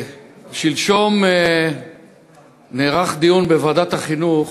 שלשום נערך בוועדת החינוך